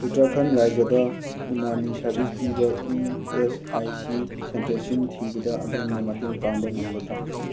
ꯎꯠꯇ꯭ꯔꯈꯟ ꯔꯥꯖ꯭ꯌꯗ ꯎꯅꯥꯅꯤ ꯁꯥꯔꯕꯤꯁ ꯄꯤꯕ ꯏ ꯑꯦꯁ ꯑꯥꯏ ꯁꯤ ꯁꯦꯟꯇꯔꯁꯤꯡ ꯊꯤꯕꯗ ꯑꯗꯣꯝꯅ ꯃꯇꯦꯡ ꯄꯥꯡꯕ ꯉꯝꯒꯗ꯭ꯔꯥ